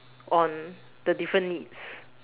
on the different needs